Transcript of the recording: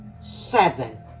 Seven